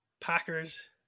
Packers